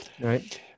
right